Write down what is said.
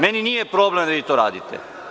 Meni nije problem da to radite.